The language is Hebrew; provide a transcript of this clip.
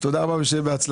תודה רבה ושיהיה בהצלחה.